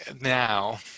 now